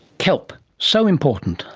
kelp. so important,